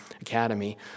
academy